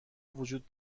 وجود